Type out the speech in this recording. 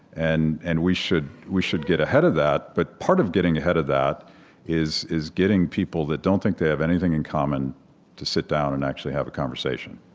and and we should we should get ahead of that, but part of getting ahead of that is is getting people that don't think they have anything in common to sit down and actually have a conversation